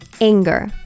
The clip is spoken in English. anger